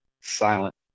silent